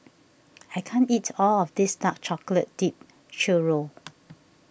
I can't eat all of this Dark Chocolate Dipped Churro